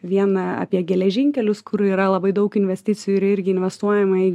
vien apie geležinkelius kur yra labai daug investicijų ir irgi investuojama į